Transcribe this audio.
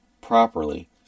properly